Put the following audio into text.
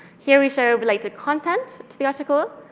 here we show related content to the article,